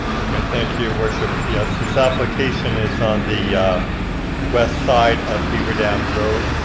okay, thank you your worship. yes, this application is on the west side of beaverdams road.